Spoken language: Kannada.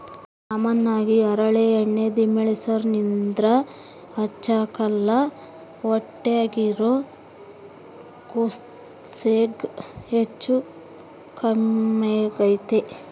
ಕಾಮನ್ ಆಗಿ ಹರಳೆಣ್ಣೆನ ದಿಮೆಂಳ್ಸೇರ್ ಇದ್ರ ಹಚ್ಚಕ್ಕಲ್ಲ ಹೊಟ್ಯಾಗಿರೋ ಕೂಸ್ಗೆ ಹೆಚ್ಚು ಕಮ್ಮೆಗ್ತತೆ